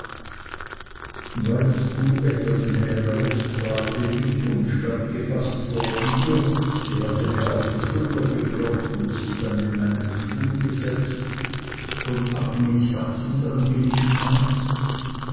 weißt du etwas näheres fragte ich und stand gefaßt vor ihr sie hatte mir auf die schulter geklopft und sich dann in meinen stuhl gesetzt von agnes herzensangelegenheit